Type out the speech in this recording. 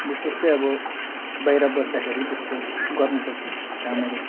विशेष चाहिँ अब बाहिर बस्दाखेरि त्यस्तो गर्नुपर्छ कामहरू